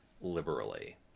liberally